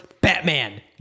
batman